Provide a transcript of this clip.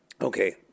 Okay